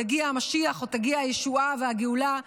אולי יגיע המשיח או יגיעו ישועה והגאולה.